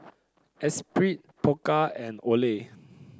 Espirit Pokka and Olay